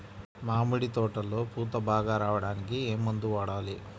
మామిడి తోటలో పూత బాగా రావడానికి ఏ మందు వాడాలి?